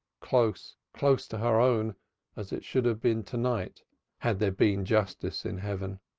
close, close to her own as it should have been to-night had there been justice in heaven.